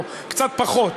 או קצת פחות,